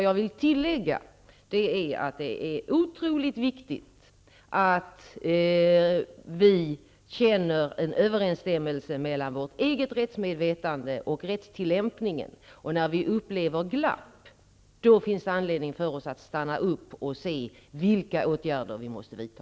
Jag vill tillägga att det är otroligt viktigt att vi känner att det finns en överensstämmelse mellan vårt eget rättsmedvetande och rättstillämpningen, och när vi upplever glapp finns det anledning för oss att stanna upp och se vilka åtgärder vi måste vidta.